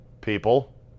people